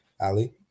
Ali